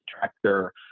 director